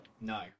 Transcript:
No